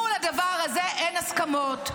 מול הדבר הזה אין הסכמות,